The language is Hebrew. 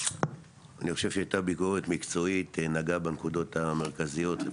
שהיתה ביקורת מקצועית, נגעה בנקודות המקצועיות.